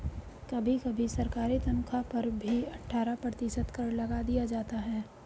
कभी कभी सरकारी तन्ख्वाह पर भी अट्ठारह प्रतिशत कर लगा दिया जाता है